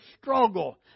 struggle